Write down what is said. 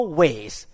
ways